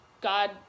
God